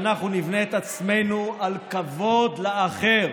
ואנחנו נבנה את עצמנו על כבוד לאחר.